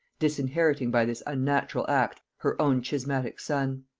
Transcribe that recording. disinheriting by this unnatural act her own schismatic son.